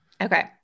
Okay